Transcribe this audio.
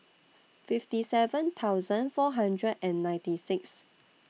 fifty seven thousand four hundred and ninety six